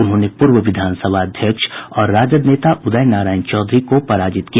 उन्होंने पूर्व विधानसभा अध्यक्ष और राजद नेता उदय नारायण चौधरी को पराजित किया